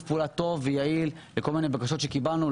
פעולה טוב ויעיל לכל מיני בקשות שקיבלנו.